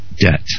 debt